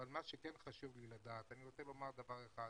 אבל מה שכן חשוב לי לדעת, אני רוצה לומר דבר אחד,